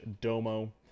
Domo